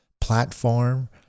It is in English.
platform